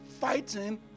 fighting